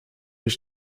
ich